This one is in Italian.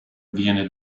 viene